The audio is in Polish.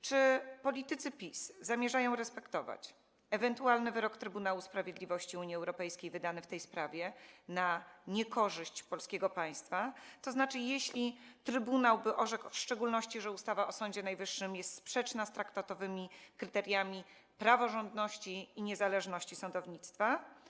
Czy politycy PiS zamierzają respektować ewentualny wyrok Trybunału Sprawiedliwości Unii Europejskiej wydany w tej sprawie na niekorzyść polskiego państwa, tzn. jeśli Trybunał orzekłby w szczególności, że ustawa o Sądzie Najwyższym jest sprzeczna z traktatowymi kryteriami praworządności i niezależności sądownictwa?